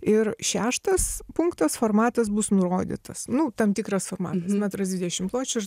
ir šeštas punktas formatas bus nurodytas nu tam tikras formatas metras dvidešim pločio